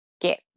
get